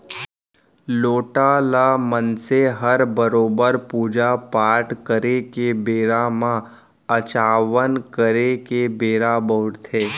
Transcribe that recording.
लोटा ल मनसे हर बरोबर पूजा पाट करे के बेरा म अचावन करे के बेरा बउरथे